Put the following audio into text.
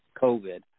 COVID